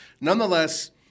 nonetheless